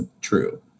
true